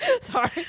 Sorry